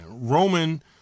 Roman